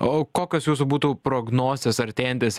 o kokios jūsų būtų prognozės artėjantis